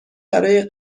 برای